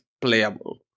playable